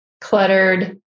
cluttered